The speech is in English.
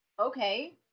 Okay